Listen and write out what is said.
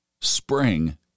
Spring